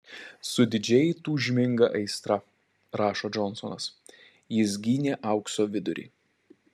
su didžiai tūžminga aistra rašo džonsonas jis gynė aukso vidurį